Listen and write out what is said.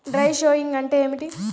Dry sowing అంటే ఏమిటి?